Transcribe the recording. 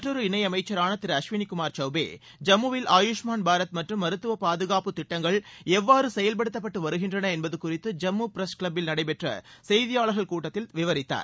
மற்றொரு இணையமைச்சரான திரு அஸ்வினி குமார் சௌபே ஜம்முவில் ஆயுஷ்மான் பாரத் மற்றும் மருத்துவ பாதுகாப்பு திட்டங்கள் எவ்வாறு செயவ்படுத்தப்பட்ட வருகின்றன என்பது குறித்து ஜம்மு பிரஸ் கிளப்பில் நடைபெற்ற செய்தியாளர்கள் கூட்டத்தில் அவர் விவரித்தார்